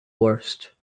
worst